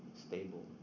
stable